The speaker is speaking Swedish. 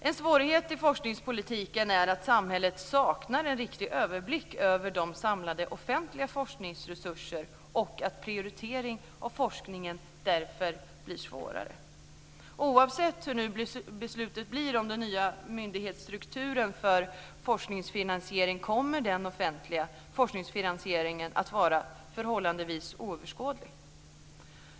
En svårighet i forskningspolitiken är att samhället saknar en riktig överblick över de samlade offentliga forskningsresurserna och att prioritering av forskning därför blir svårare. Oavsett hur beslutet blir om den nya myndighetsstrukturen för forskningsfinansiering, kommer den offentliga forskningsfinansieringen att vara förhållandevis oöverskådlig.